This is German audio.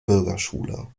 bürgerschule